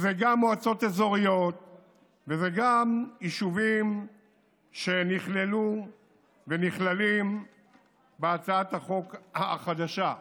זה גם מועצות אזוריות וגם יישובים שנכללו ונכללים בהצעת החוק החדשה.